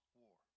war